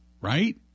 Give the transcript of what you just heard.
Right